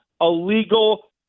illegal